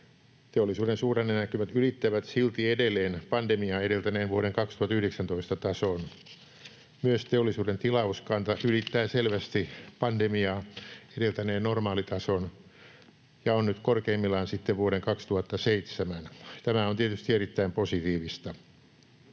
Teollisuuden suhdannenäkymät ylittävät silti edelleen pandemiaa edeltäneen vuoden 2019 tason. Myös teollisuuden tilauskanta ylittää selvästi pandemiaa edeltäneen normaalitason ja on nyt korkeimmillaan sitten vuoden 2007. Tämä on tietysti erittäin positiivista.